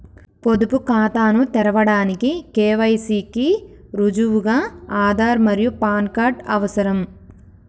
పొదుపు ఖాతాను తెరవడానికి కే.వై.సి కి రుజువుగా ఆధార్ మరియు పాన్ కార్డ్ అవసరం